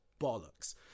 Bollocks